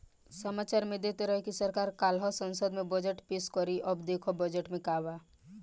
सामाचार में देत रहे की सरकार काल्ह संसद में बजट पेस करी अब देखऽ बजट में का बा